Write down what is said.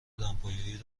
دمپایی